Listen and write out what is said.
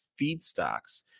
feedstocks